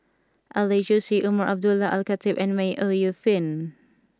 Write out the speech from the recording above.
Alex Josey Umar Abdullah Al Khatib and May Ooi Yu Fen